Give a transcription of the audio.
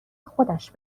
خودش